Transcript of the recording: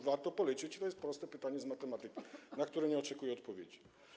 Warto policzyć i to jest proste pytanie z matematyki, na które nie oczekuję odpowiedzi.